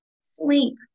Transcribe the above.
sleep